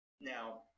now